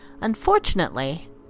Unfortunately